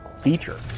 feature